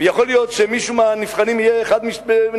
ויכול להיות שמישהו מהנבחנים יהיה אחד מנתניהו,